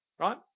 right